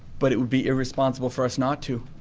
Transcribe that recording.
but it would be irresponsible for us not to.